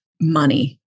money